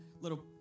little